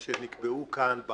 שכבר שמענו את